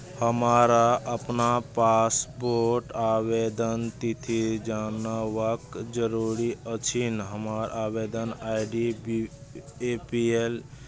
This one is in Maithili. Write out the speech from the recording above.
हमरा अपना पासपोर्ट आवेदन तिथि जानबाक जरूरी अछि हमर आवेदन I D B A P L